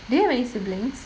do you have any siblings